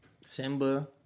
Simba